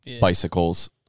bicycles